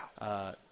Wow